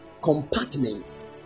compartments